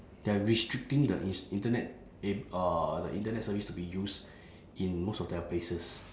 they are restricting the ins~ internet ab~ uh the internet service to be used in most of their places